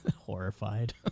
horrified